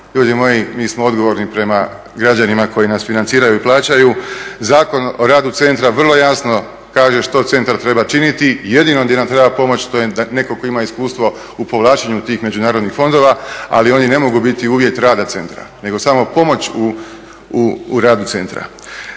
Ljudi moji, mi smo odgovorni prema građanima koji nas financiraju i plaćaju, Zakon o radu centra vrlo jasno kaže što centar treba činiti, jedino di nam treba pomoć to je netko tko ima iskustvo u povlačenju tih međunarodnih fondova, ali oni ne mogu biti uvjet rada centra, nego samo pomoć u radu centra.